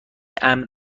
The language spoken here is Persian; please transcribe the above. امن